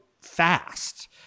fast